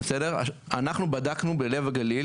אנחנו בדקנו בלב הגליל,